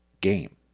game